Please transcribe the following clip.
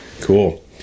Cool